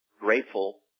grateful